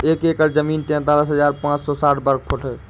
एक एकड़ जमीन तैंतालीस हजार पांच सौ साठ वर्ग फुट है